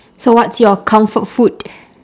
so what's your comfort food